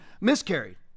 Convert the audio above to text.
miscarried